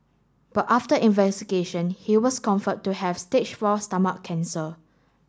but after investigation he was confirmed to have stage four stomach cancer